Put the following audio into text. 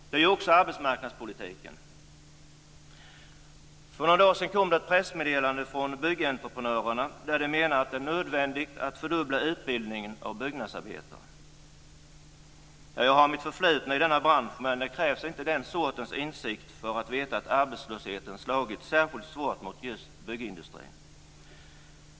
Det gör också arbetsmarknadspolitiken. För några dagar sedan kom ett pressmeddelande från Byggentreprenörerna där de menar att det är nödvändigt att fördubbla utbildningen av byggnadsarbetare. Jag har mitt förflutna i denna bransch, men det krävs inte den sortens insikt för att veta att arbetslösheten slagit särskilt svårt mot just byggindustrin.